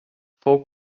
fou